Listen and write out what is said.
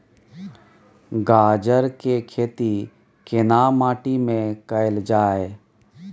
गाजर के खेती केना माटी में कैल जाए?